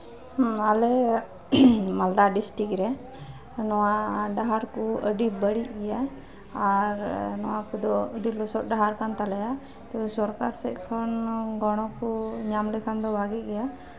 ᱟᱞᱮ ᱢᱟᱞᱫᱟ ᱰᱤᱥᱴᱤᱠ ᱨᱮ ᱱᱚᱣᱟ ᱰᱟᱦᱟᱨ ᱠᱚ ᱟᱹᱰᱤ ᱵᱟᱹᱲᱤᱡ ᱜᱮᱭᱟ ᱟᱨ ᱱᱚᱣᱟ ᱠᱚᱫᱚ ᱟᱹᱰᱤ ᱞᱚᱥᱚᱫ ᱰᱟᱦᱟᱨ ᱠᱟᱱ ᱛᱟᱞᱮᱭᱟ ᱛᱳ ᱥᱚᱨᱠᱟᱨ ᱥᱮᱫ ᱠᱷᱚᱱ ᱜᱚᱲᱚ ᱠᱚ ᱧᱟᱢ ᱞᱮᱠᱷᱟᱱ ᱫᱚ ᱵᱷᱟᱹᱜᱤ ᱠᱚᱜᱼᱟ